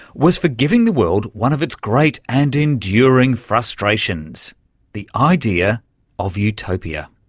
was for giving the world one of its great and enduring frustrations the idea of utopia.